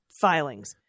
filings